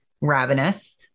Ravenous